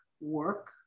work